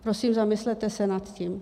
Prosím, zamyslete se nad tím.